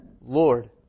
Lord